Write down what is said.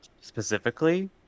specifically